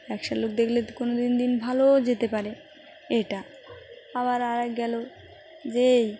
এক শালিক দেখলে তো কোনদিন দিন ভালোও যেতে পারে এটা আবার আরেক গেল যে এই